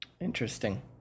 Interesting